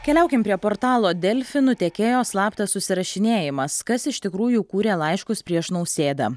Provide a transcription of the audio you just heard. keliaukim prie portalo delfi nutekėjo slaptas susirašinėjimas kas iš tikrųjų kūrė laiškus prieš nausėdą